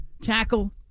tackle